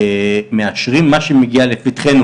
ממה שמגיע לפחתנו.